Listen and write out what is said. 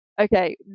okay